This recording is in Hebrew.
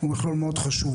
הוא בכלל מאוד חשוב,